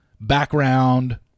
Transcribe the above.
background